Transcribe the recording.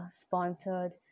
sponsored